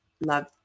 love